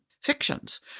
fictions